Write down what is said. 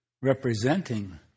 representing